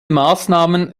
maßnahmen